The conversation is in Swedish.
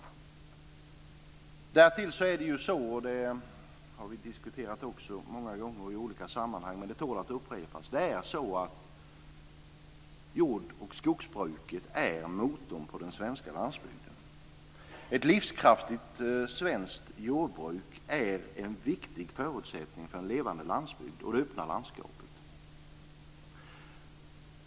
Vi har många gånger i olika sammanhang diskuterat - och det tål att upprepas - att jord och skogsbruket är motorn på den svenska landsbygden. Ett livskraftigt svenskt jordbruk är en viktig förutsättning för en levande landsbygd och det öppna landskapet.